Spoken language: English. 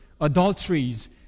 adulteries